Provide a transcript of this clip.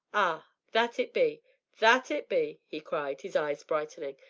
ah! that it be that it be, he cried, his eyes brightening,